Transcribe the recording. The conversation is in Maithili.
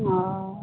हूँ